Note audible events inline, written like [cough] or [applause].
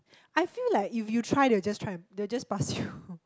I feel like if you try they will just try they will just pass you [breath]